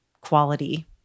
quality